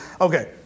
okay